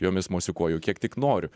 jomis mosikuoju kiek tik noriu